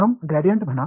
प्रथम ग्रेडीयंट म्हणा